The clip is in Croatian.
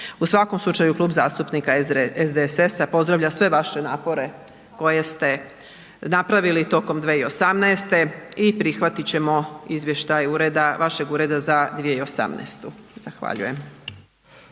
U svakom slučaju Klub zastupnika SDSS-a pozdravlja sve vaše napore koje ste napravili tijekom 2018. i prihvatit ćemo izvještaj vašeg ureda za 2018. Zahvaljujem.